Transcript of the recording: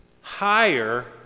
higher